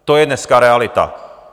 To je dneska realita.